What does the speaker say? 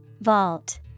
Vault